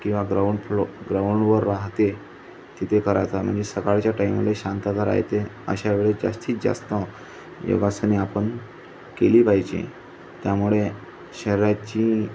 किंवा ground floor ग्राउंडवर राहते तिथे करायचा म्हणजे सकाळच्या टाईमाला शांतता राहते अशा वेळेस जास्तीत जास्त योगासने आपण केली पाहिजे त्यामुळे शरीराची